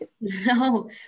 No